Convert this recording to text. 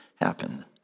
happen